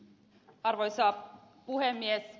arvoisa puhemies